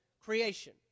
creation